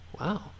Wow